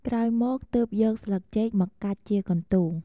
ក្រោយមកទើបយកស្លឹកចេកមកកាច់ជាកន្ទោង។